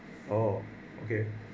oh okay